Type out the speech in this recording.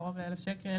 קרוב לאלף שקלים,